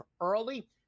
early